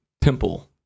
temple